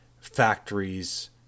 factories